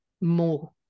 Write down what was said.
more